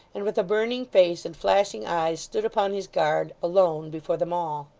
and with a burning face and flashing eyes stood upon his guard alone, before them all.